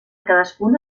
cadascuna